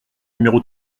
numéro